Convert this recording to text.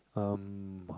um